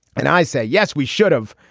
and i said, yes, we should have.